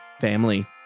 family